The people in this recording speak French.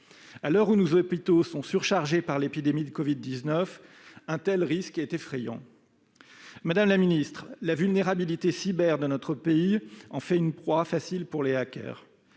À l'heure où nos hôpitaux sont surchargés par l'épidémie de covid-19, un tel risque est effrayant. Madame la ministre, la vulnérabilité cyber de notre pays en fait une proie facile pour les hackers.